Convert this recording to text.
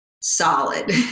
solid